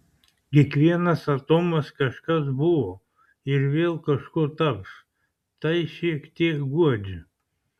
kiekvienas atomas kažkas buvo ir vėl kažkuo taps tai šiek tiek guodžia